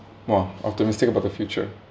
!wah! optimistic about the future